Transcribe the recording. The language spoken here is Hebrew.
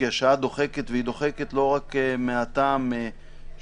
כי השעה דוחקת והיא דוחקת לא רק מהטעם שציינה